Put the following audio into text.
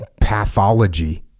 pathology